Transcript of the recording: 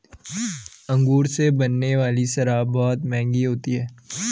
अंगूर से बनने वाली शराब बहुत मँहगी होती है